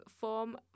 form